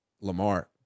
Lamar